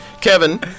Kevin